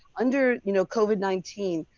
under you know covid nineteen,